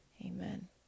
Amen